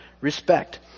respect